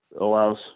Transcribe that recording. allows